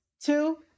Two